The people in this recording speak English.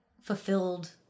fulfilled